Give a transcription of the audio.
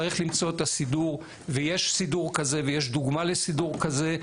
צריך למצוא את הסידור ויש סידור כזה ויש דוגמה לסידור כזה,